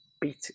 beat